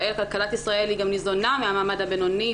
כלכלת ישראל גם ניזונה מהמעמד הבינוני,